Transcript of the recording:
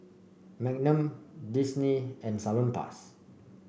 Magnum Disney and Salonpas